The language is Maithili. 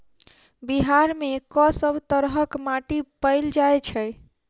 बिहार मे कऽ सब तरहक माटि पैल जाय छै?